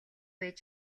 ээж